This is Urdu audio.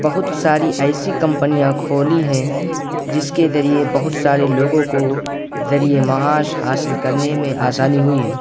بہت ساری ایسی کمپنیاں کھولی ہیں جس کے ذریعے بہت سارے لوگوں کو ذریعہ معاش حاصل کرنے میں آسانی ہوئی ہے